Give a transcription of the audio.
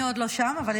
למי אושר פה?